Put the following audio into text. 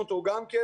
בוקר טוב.